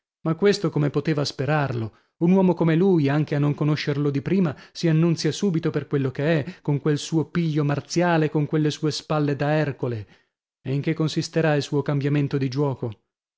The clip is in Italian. ma questo come poteva sperarlo un uomo come lui anche a non conoscerlo di prima si annunzia subito per quello che è con quel suo piglio marziale e con quelle sue spalle da ercole e in che consisterà il suo cambiamento di giuoco